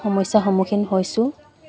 সমস্যাৰ সন্মুখীন হৈছোঁ